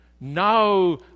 now